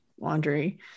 laundry